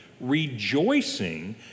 rejoicing